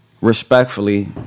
Respectfully